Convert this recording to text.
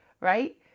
right